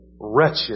wretched